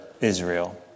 Israel